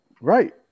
right